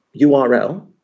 URL